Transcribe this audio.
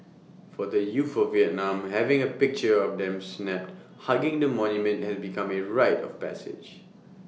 for the youth of Vietnam having A picture of them snapped hugging the monument has become A rite of passage